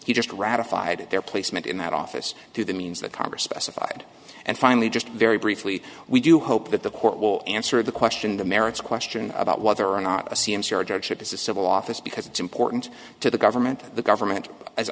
he just ratified their placement in that office through the means that congress specified and finally just very briefly we do hope that the court will answer the question the merits question about whether or not a c m c are judgeship is a civil office because it's important to the government the government